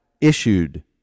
issued